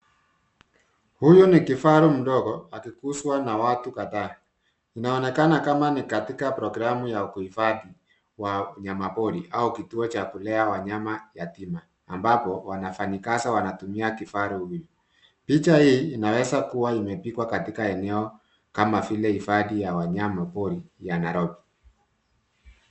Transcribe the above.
Huyu ni kifaru mdogo akuguzwa na watu kadhaa. Inaonekana kama ni katika programu ya uhifadhi wa wanyamapori au kituo cha kulea wanyama yatima ambapo wafanyakazi wanatumia kifaru huyu. Picha hii inawza kuwa imepigwa katika eneo kama vile hifadhi ya ya wanyamapori ya Nairobi.